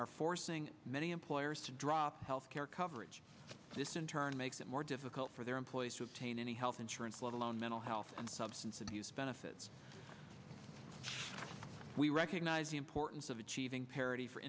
are forcing many employers to drop health care coverage this in turn makes it more difficult for their employees to obtain any health insurance let alone mental health and substance abuse benefits we recognize the importance of achieving parity for